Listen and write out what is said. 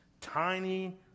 Tiny